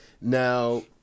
Now